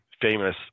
famous